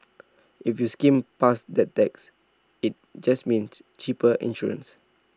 if you skimmed past that text IT just meant cheaper insurance